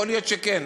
יכול להיות שכן,